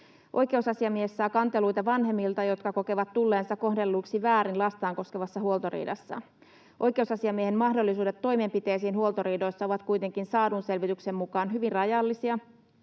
Oikeusasiamies saa kanteluita vanhemmilta, jotka kokevat tulleensa kohdelluiksi väärin lastaan koskevassa huoltoriidassa. Oikeusasiamiehen mahdollisuudet toimenpiteisiin huoltoriidoissa ovat kuitenkin saadun selvityksen mukaan hyvin rajallisia,